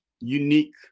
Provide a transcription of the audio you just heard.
unique